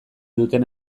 duten